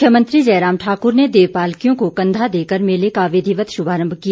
मुख्यमंत्री जयराम ठाकुर ने देव पालकियों को कंधा देकर मेले का विधिवत शुभारम्भ किया